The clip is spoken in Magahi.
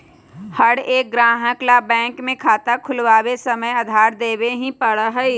हर एक ग्राहक ला बैंक में खाता खुलवावे समय आधार देवे ही पड़ा हई